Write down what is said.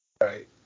Right